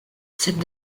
cette